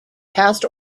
past